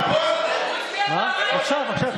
אביר קארה, כבוד היושב-ראש, כנסת